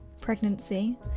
pregnancy